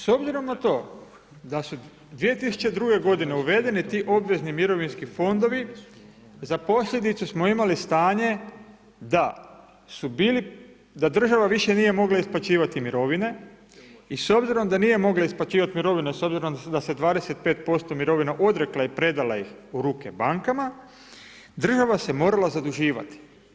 S obzirom na to da su 2002. godine uvedeni ti obvezni mirovinski fondovi, za posljedicu smo imali stanje da država više nije mogla isplaćivati mirovine i s obzirom da nije mogla isplaćivati mirovine, s obzirom da se 25% mirovina odrekla i predala ih u ruke bankama, država se morala zaduživati.